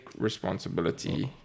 responsibility